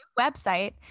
website